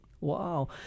Wow